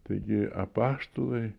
taigi apaštalai